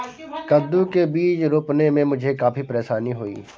कद्दू के बीज रोपने में मुझे काफी परेशानी हुई